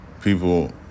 people